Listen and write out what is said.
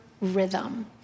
rhythm